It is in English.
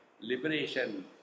liberation